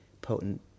potent